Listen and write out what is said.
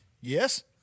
Yes